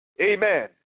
Amen